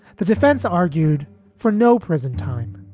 the defense argued for no prison time.